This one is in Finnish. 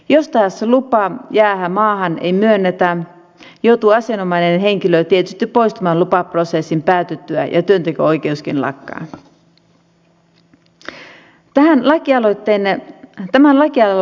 jos taas lupaa jäädä maahan ei myönnetä joutuu asianomainen henkilö tietysti poistumaan lupaprosessin päätyttyä ja työnteko oikeuskin lakkaa